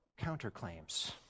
counterclaims